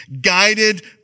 guided